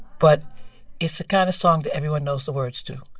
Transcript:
but it's the kind of song that everyone knows the words to.